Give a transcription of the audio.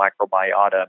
microbiota